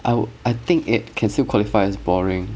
I would I think it can still qualify as boring